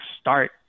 start